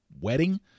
wedding